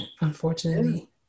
unfortunately